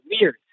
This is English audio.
weird